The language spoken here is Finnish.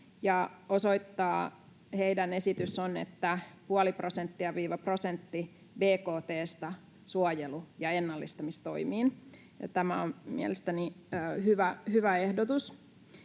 heidän esityksensä on — puolesta prosentista prosenttiin bkt:stä suojelu‑ ja ennallistamistoimiin. Tämä on mielestäni hyvä ehdotus.